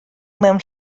mewn